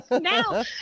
now